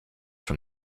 from